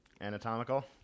anatomical